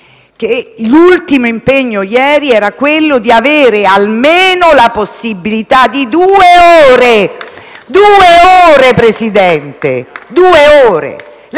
L'ultimo impegno ieri era quello di avere almeno la possibilità di avere due ore. Presidente, due ore!